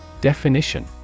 DEFINITION